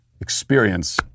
experience